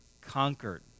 conquered